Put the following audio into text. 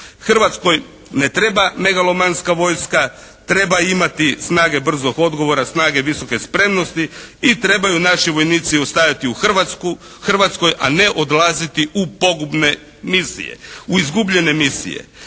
Hrvatskoj ne treba megalomanska vojska, treba imati snage brzog odgovora, snage visoke spremnosti i trebaju naši vojnici ostajati u Hrvatskoj a ne odlaziti u pogubne misije, u izgubljene misije